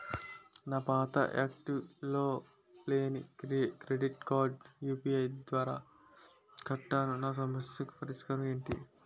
నా పాత యాక్టివ్ లో లేని క్రెడిట్ కార్డుకు యు.పి.ఐ ద్వారా కట్టాను నా సమస్యకు పరిష్కారం ఎంటి?